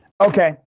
Okay